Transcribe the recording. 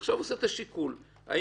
עכשיו הוא עושה את השיקול, אם